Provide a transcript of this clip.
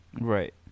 Right